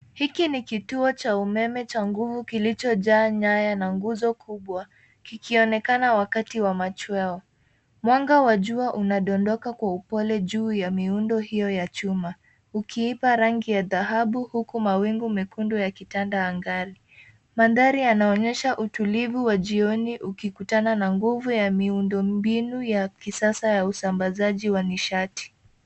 Hiki ni kituo cha umeme cha nguvu kilicho jaa nyaya na nguzo kubwa kikionekana wakati wa machweo. Mwanga wa jua unadondoka kwa upole juu ya miundo hiyo ya chuma ukiipa rangi ya dhahabu huku mawingu mekundu yakitanda angani. Mandhari yanaonyesha utulivu wa jioni ukikutana na nguvu ya miundombinu ya kisasa ya usambazaji wa nishati.